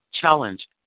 challenge